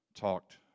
talked